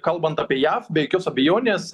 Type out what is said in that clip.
kalbant apie jav be jokios abejonės